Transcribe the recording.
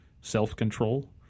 self-control